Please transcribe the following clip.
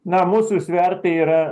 na mūsų svertai yra